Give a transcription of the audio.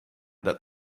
that